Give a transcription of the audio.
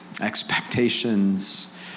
expectations